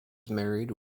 married